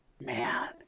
Man